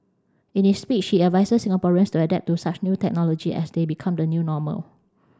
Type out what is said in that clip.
in his speech he advises Singaporeans to adapt to such new technology as they become the new normal